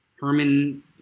Herman